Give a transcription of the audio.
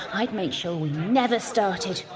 i'd make sure we never started!